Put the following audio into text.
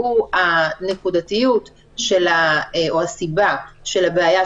והוא הנקודתיות או הסיבה של הבעיה,